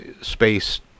space